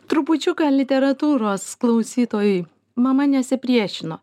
trupučiuką literatūros klausytojui mama nesipriešino